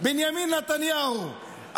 בנימין נתניהו,